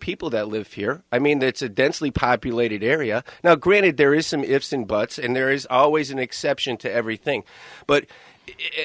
people that live here i mean it's a densely populated area now granted there is some ifs and buts and there is always an exception to everything but